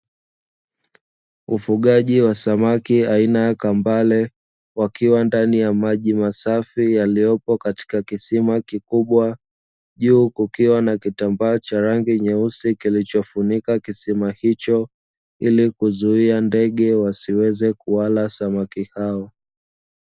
Ufugaji wa samaki aina ya kambale wakiwa ndani ya maji masafi yaliopo katika kisima kikibwa, juu kukiwa na kitambaa cha rangi nyeusi kilichofunika kisima hicho ili kuzuia ndege wasiweze kuwala samaki hao.